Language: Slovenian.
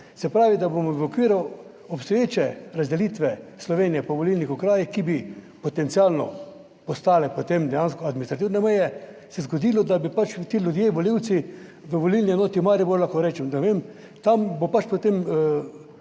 Se pravi, da bomo v okviru obstoječe razdelitve Slovenije po volilnih okrajih, ki bi potencialno postale potem dejansko administrativne meje se zgodilo, da bi pač ti ljudje, volivci, v volilni enoti Maribor lahko rečem, da vem, tam bo pač potem